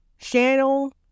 channel